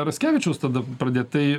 raskevičiaus tada pradėt tai